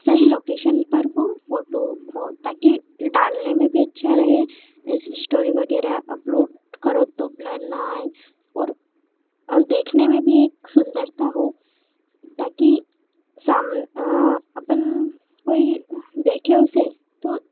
सही लोकेशन पर हो फोटो हो ताकि डालने में भी अच्छा लगे जैसे स्टोरी वगैरह उपलोड करो तो ब्लर न आए और देखने में भी सुन्दरता हो ताकि साम अपन कोई देखे उसे तो